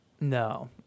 No